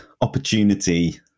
opportunity